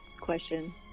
question